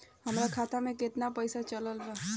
हमरा खाता मे केतना पईसा बचल बा?